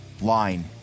line